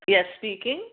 yes speaking